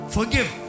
Forgive